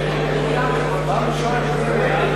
התורה לסעיף 1 לא